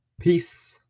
Peace